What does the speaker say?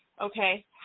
Okay